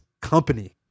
company